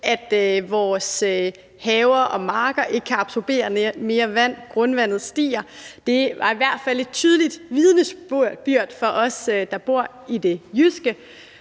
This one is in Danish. at vores haver og marker ikke kan absorbere mere vand; grundvandet stiger. Det var i hvert fald et tydeligt vidnesbyrd for os, der bor i det jyske,